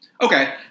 Okay